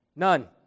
none